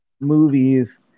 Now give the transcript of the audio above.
movies